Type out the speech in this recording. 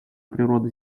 природы